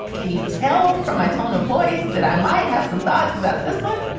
can you tell from my tone of voice that i might have some thoughts about this one?